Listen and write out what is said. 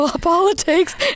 politics